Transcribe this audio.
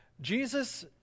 Jesus